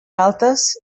altes